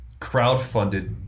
crowdfunded